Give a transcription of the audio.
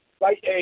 Right